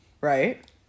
right